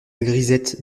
grisette